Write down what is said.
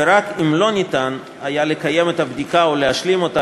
ורק אם לא ניתן לקיים את הבדיקה או להשלים אותה